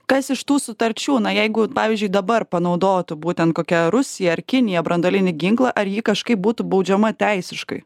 kas iš tų sutarčių na jeigu pavyzdžiui dabar panaudotų būtent kokia rusija ar kinija branduolinį ginklą ar ji kažkaip būtų baudžiama teisiškai